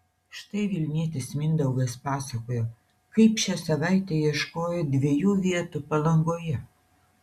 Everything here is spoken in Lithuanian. štai vilnietis mindaugas pasakoja kaip šią savaitę ieškojo dviejų vietų palangoje